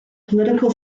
political